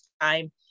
time